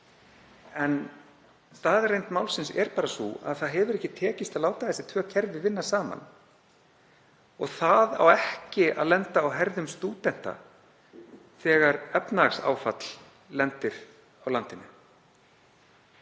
en staðreynd málsins er sú að það hefur ekki tekist að láta þessi tvö kerfi vinna saman. Það á ekki að lenda á herðum stúdenta þegar efnahagsáfall verður á landinu.